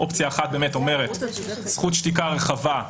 אופציה אחת אומרת זכות שתיקה רחבה,